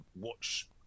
watch